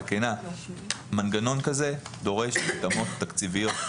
מנגנון כזה דורש התאמות תקציביות.